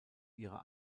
ihrer